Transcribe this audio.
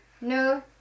No